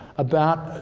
about,